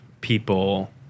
people